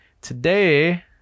today